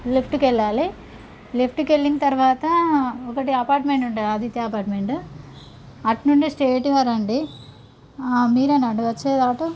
లెఫ్ట్కు వెళ్ళాలి లెఫ్ట్కు వెళ్ళిన తరువాత ఒకటి అపార్ట్మెంట్ ఉంటాది ఆదిత్య అపార్ట్మెంట్ అటు నుండే స్టైట్గా రండి మీరేనా ఆడ వచ్చేది ఆటో